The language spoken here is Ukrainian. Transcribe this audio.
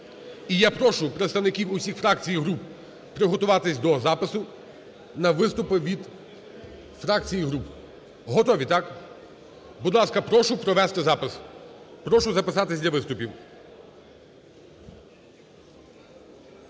І я прошу представників усіх фракцій і груп приготуватись до запису на виступи від фракцій і груп. Готові, так? Будь ласка, прошу провести запис. Прошу записатись для виступів.